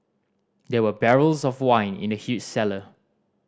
there were barrels of wine in the huge cellar